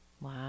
Wow